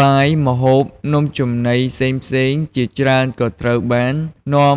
បាយ ម្ហូប នំចំណីផ្សេងៗជាច្រើនក៏ត្រូវបាននាំ